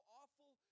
awful